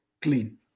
clean